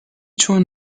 چون